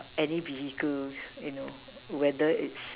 any vehicles you know whether it's